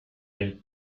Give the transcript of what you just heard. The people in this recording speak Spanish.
del